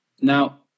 Now